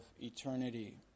eternity